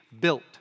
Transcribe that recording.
built